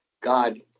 God